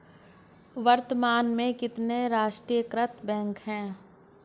वर्तमान में कितने राष्ट्रीयकृत बैंक है?